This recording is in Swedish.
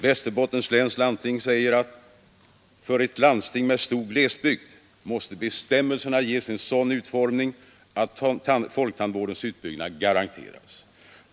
Västerbottens läns landsting säger att i ett landsting med stor glesbygd måste bestämmelserna ges en sådan utformning att folktandvårdens utbyggnad garanteras.